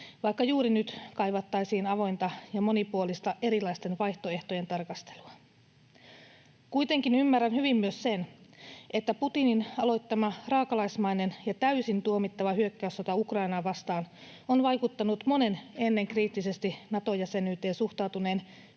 vaikka juuri nyt kaivattaisiin avointa ja monipuolista erilaisten vaihtoehtojen tarkastelua. Kuitenkin ymmärrän hyvin myös sen, että Putinin aloittama raakalaismainen ja täysin tuomittava hyökkäyssota Ukrainaa vastaan on vaikuttanut monen ennen kriittisesti Nato-jäsenyyteen suhtautuneen